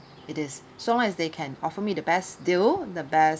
it is so long as they can offer me the best deal the best